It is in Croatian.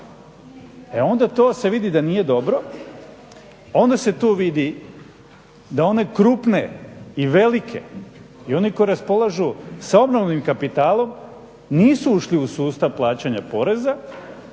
E onda to se vidi da nije dobro, onda se tu vidi da one krupne i velike i oni koji raspolažu sa ogromnim kapitalom nisu ušli u sustav plaćanja poreza,